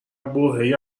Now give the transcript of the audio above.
برههای